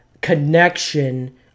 connection